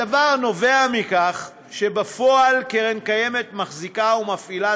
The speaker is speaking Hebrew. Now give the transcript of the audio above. הדבר נובע מכך שבפועל קרן קיימת מחזיקה ומפעילה